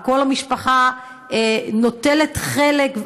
וכל המשפחה נוטלת חלק,